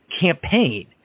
campaign